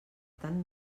tant